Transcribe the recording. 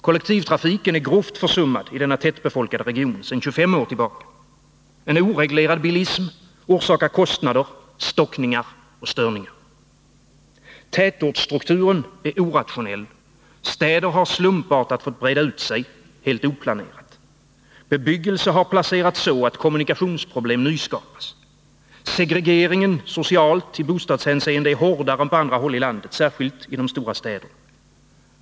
Kollektivtrafiken i denna tättbefolkade region är grovt försummad sedan 25 år. En oreglerad bilism orsakar kostnader, stockningar och störningar. Tätortsstrukturen är orationell. Städer har slumpartat fått breda ut sig helt oplanerat. Bebyggelse har placerats så att kommunikationsproblem nyskapats. Segregeringen socialt i bostadshänseende är hårdare än på andra håll i landet, särskilt i de stora städerna.